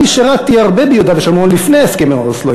אני שירתתי הרבה ביהודה ושומרון לפני הסכמי אוסלו.